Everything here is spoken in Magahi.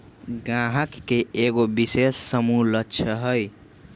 गाहक के एगो विशेष समूह लक्ष हई